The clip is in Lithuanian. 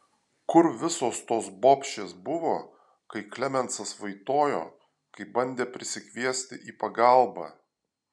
kur visos tos bobšės buvo kai klemensas vaitojo kai bandė prisikviesti į pagalbą